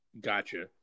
Gotcha